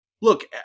Look